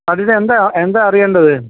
അതിനെന്താണ് എന്താണ് അറിയേണ്ടത്